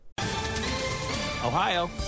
Ohio